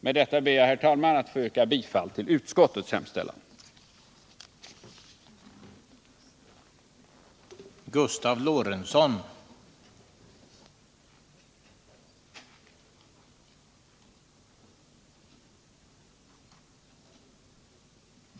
Med det sagda ber jag, herr talman, att få yrka bifall till utskottets Nr 117